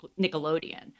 Nickelodeon